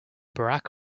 barak